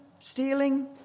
Stealing